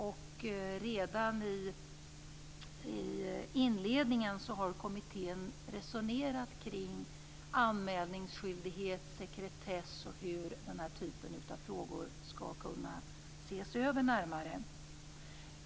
Och redan i inledningen har kommittén resonerat kring anmälningsskyldighet, sekretess och hur denna typ av frågor närmare skall kunna ses över.